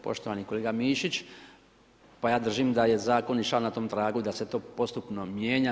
Poštovani kolega Mišić pa ja držim da je Zakon išao na tom tragu da se to postupno mijenja.